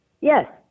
yes